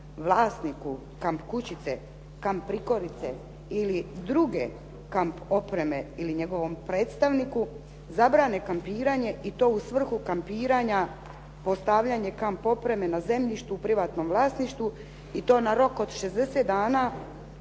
vlasniku kamp-kućice, kamp-prikolice ili druge kamp opreme ili njegovom predstavniku zabrane kampiranje i to u svrhu kampiranja, postavljanje kamp opreme na zemljištu u privatnom vlasništvu i to na rok od 60 dana,